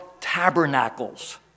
tabernacles